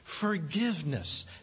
Forgiveness